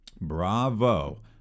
bravo